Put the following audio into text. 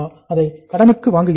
அதை கடனுக்கு வாங்குகிறோமோ